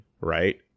right